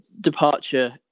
departure